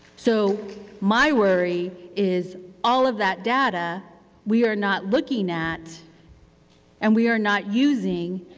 so my worry is all of that data we are not looking at and we are not using,